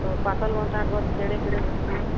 ପାତଲଘଣ୍ଟା ଗଛ୍ କେଡ଼େ କେଡ଼େ ହେସି